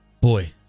Boy